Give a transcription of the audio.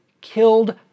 killed